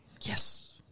Yes